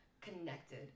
connected